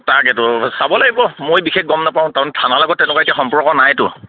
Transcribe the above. তাক এইটো চাব লাগিব মই বিশেষ গম নাপাওঁ কাৰণ থানাৰ লগত তেনেকুৱা এটা সম্পৰ্ক নাইতো